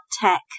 tech